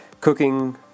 cooking